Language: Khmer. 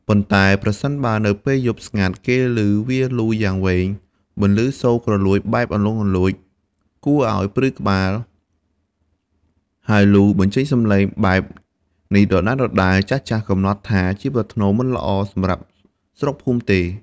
ប៉ុន្តែ ប្រសិនបើនៅពេលយប់ស្ងាត់ គេឮវាលូយ៉ាងវែង បន្លឺសូរគ្រលួចបែបលន្លង់លន្លោច គួរឱ្យព្រឺក្បាល ហើយលូបញ្ចេញសំឡេងបែបនេះដដែល ចាស់ៗកំណត់ថា ជាប្រផ្នូលមិនល្អសម្រាប់ស្រុកភូមិទេ។